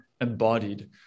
embodied